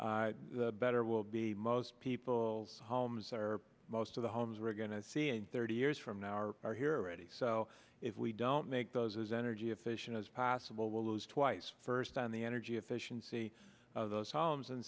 made better will be most people homes or most of the homes we're going to see in thirty years from now or are here already so if we don't make those energy efficient as possible we'll lose twice first on the energy efficiency of those homes and